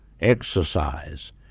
exercise